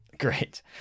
great